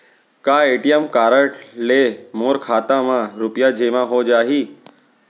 का ATM card ले मोर खाता म रुपिया जेमा हो जाही?